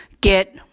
get